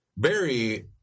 Barry